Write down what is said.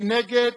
מי נגד?